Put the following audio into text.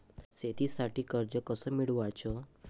शेतीसाठी कर्ज कस मिळवाच?